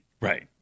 Right